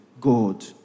God